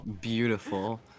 Beautiful